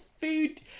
food